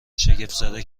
شگفتزده